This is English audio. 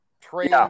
trade